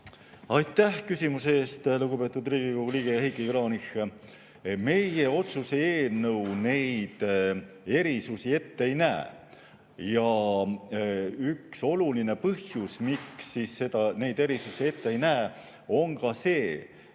Aitäh küsimuse eest, lugupeetud Riigikogu liige Heiki Kranich! Meie otsuse eelnõu neid erisusi ette ei näe. Üks oluline põhjus, miks me neid erisusi ette ei näe, on see, et